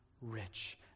rich